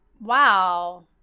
wow